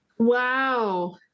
Wow